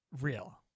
real